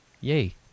yay